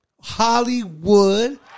Hollywood